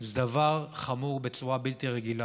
זה דבר חמור בצורה בלתי רגילה.